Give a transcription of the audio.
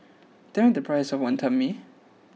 Tell me the price of Wantan Mee